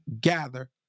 gather